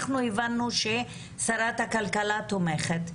אנחנו הבנו ששרת הכלכלה תומכת.